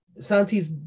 Santi's